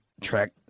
track